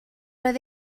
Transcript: roedd